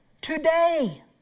today